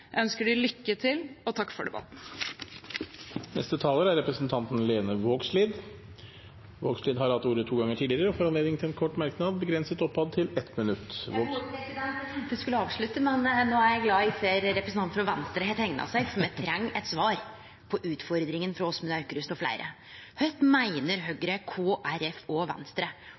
ønsker dem lykke til og takker for debatten. Representanten Lene Vågslid har hatt ordet to ganger tidligere og får ordet til en kort merknad, begrenset til 1 minutt. Eg tenkte eg skulle avslutte, men no er eg glad eg ser representanten frå Venstre har teikna seg, for me treng eit svar på utfordringa frå Åsmund Aukrust og fleire. Kva meiner Høgre, Kristeleg Folkeparti og Venstre